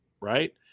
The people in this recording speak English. right